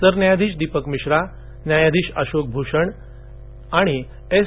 सरन्यायाधीश दीपक मिश्रा न्यायाधीश अशोक भूषण आणि एस